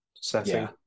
setting